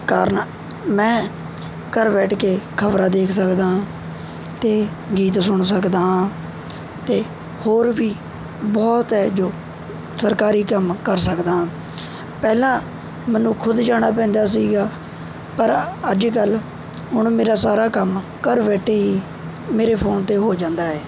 ਕਾਰਨ ਮੈਂ ਘਰ ਬੈਠ ਕੇ ਖਬਰਾਂ ਦੇਖ ਸਕਦਾ ਹਾਂ ਅਤੇ ਗੀਤ ਸੁਣ ਸਕਦਾ ਹਾਂ ਅਤੇ ਹੋਰ ਵੀ ਬਹੁਤ ਹੈ ਜੋ ਸਰਕਾਰੀ ਕੰਮ ਕਰ ਸਕਦਾ ਪਹਿਲਾਂ ਮੈਨੂੰ ਖੁਦ ਜਾਣਾ ਪੈਂਦਾ ਸੀਗਾ ਪਰ ਅੱਜ ਕੱਲ੍ਹ ਹੁਣ ਮੇਰਾ ਸਾਰਾ ਕੰਮ ਘਰ ਬੈਠੇ ਹੀ ਮੇਰੇ ਫੋਨ 'ਤੇ ਹੋ ਜਾਂਦਾ ਹੈ